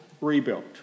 rebuilt